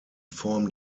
form